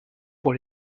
pour